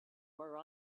where